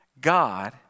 God